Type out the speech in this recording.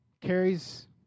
Carries